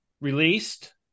released